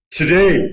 today